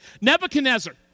Nebuchadnezzar